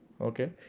Okay